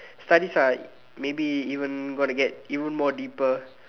studies are maybe even gonna get even more deeper